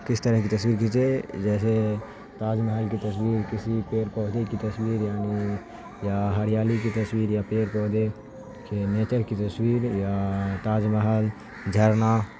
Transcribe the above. کس طرح کی تصویر کھینچے جیسے تاج محل کی تصویر کسی پیڑ پودے کی تصویر یعنی یا ہریالی کی تصویر یا پیڑ پودے کے نیچر کی تصویر یا تاج محل جھرنا